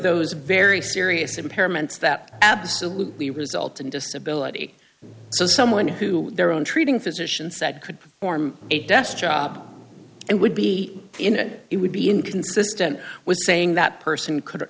those very serious impairments that absolutely result in disability so someone who their own treating physicians that could perform a desk job and would be in it it would be inconsistent with saying that person could